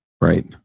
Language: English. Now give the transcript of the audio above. Right